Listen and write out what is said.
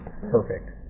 Perfect